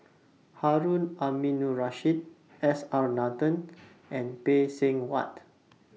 Harun Aminurrashid S R Nathan and Phay Seng Whatt